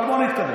אבל בוא נתקדם.